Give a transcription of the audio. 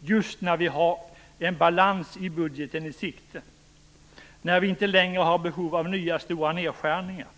Det skall ske just nu när vi har en balans i budgeten i sikte och när vi inte längre har behov av nya stora nedskärningar.